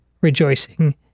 rejoicing